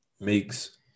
makes